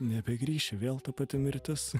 nebegrįši vėl ta pati mirtis